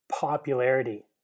Popularity